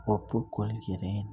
ஒப்புக்கொள்கிறேன்